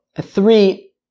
three